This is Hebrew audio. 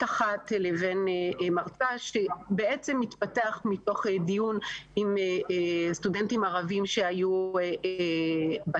אחת לבין מרצה שהתפתח מתוך דיון עם סטודנטים ערבים שהיו בכיתה.